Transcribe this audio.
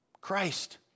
Christ